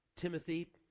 Timothy